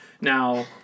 Now